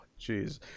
jeez